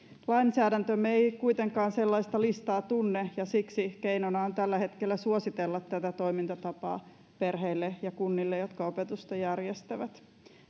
lainsäädäntömme ei kuitenkaan sellaista listaa tunne ja siksi keinona on tällä hetkellä suositella tätä toimintatapaa perheille ja kunnille jotka opetusta järjestävät